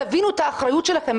תבינו את האחריות שלכם.